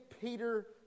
Peter